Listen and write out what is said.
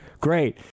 great